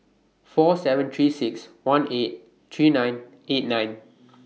four seven three six one eight three nine eight nine